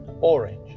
orange